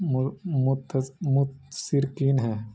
مت متثرکن ہیں